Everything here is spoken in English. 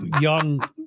young